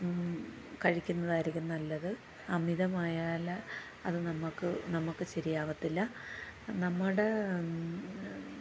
കഴിക്കുന്നതായിരിക്കും നല്ലത് അമിതമായാൽ അത് നമുക്ക് നമുക്ക് ശരിയാവാത്തില്ല നമ്മുടെ